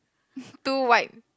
two white